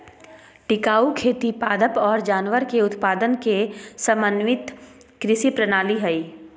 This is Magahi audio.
टिकाऊ खेती पादप और जानवर के उत्पादन के समन्वित कृषि प्रणाली हइ